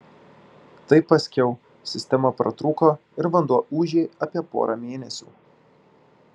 tai paskiau sistema pratrūko ir vanduo ūžė apie porą mėnesių